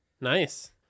Nice